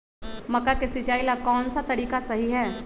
मक्का के सिचाई ला कौन सा तरीका सही है?